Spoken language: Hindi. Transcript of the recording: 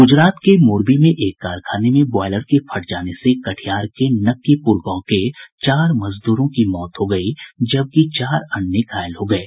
गुजरात के मोरबी में एक कारखाने में ब्यॉलर के फट जाने से कटिहार के नक्कीपुर गांव के चार मजदूरों की मौत हो गयी जबकि चार अन्य घायल हो गये